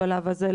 בשלב הזה,